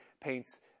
paints